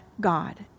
God